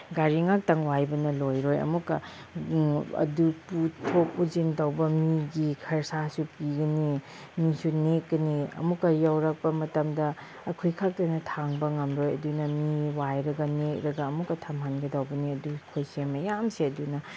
ꯒꯥꯔꯤ ꯉꯥꯛꯇꯪ ꯋꯥꯏꯕꯅ ꯂꯣꯏꯔꯣꯏ ꯑꯃꯨꯛꯀ ꯑꯗꯨ ꯄꯨꯊꯣꯛ ꯄꯨꯁꯤꯟ ꯇꯧꯕ ꯃꯤꯒꯤ ꯈꯔꯁꯥꯁꯨ ꯄꯤꯒꯅꯤ ꯃꯤꯁꯨ ꯅꯦꯛꯀꯅꯤ ꯑꯃꯨꯛꯀ ꯌꯧꯔꯛꯄ ꯃꯇꯝꯗ ꯑꯩꯈꯣꯏꯈꯛꯇꯅ ꯊꯥꯡꯕ ꯉꯝꯂꯣꯏ ꯑꯗꯨꯅ ꯃꯤ ꯋꯥꯏꯔꯒ ꯅꯦꯛꯂꯒ ꯑꯃꯨꯛꯀ ꯊꯝꯍꯟꯒꯗꯧꯕꯅꯤ ꯑꯗꯨ ꯑꯩꯈꯣꯏꯁꯦ ꯃꯌꯥꯝꯁꯦ ꯑꯗꯨꯅ